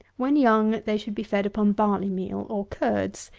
when young, they should be fed upon barley-meal, or curds,